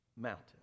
mountain